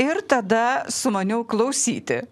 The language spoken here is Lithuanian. ir tada sumaniau klausyti